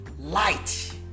light